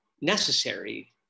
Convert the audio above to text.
necessary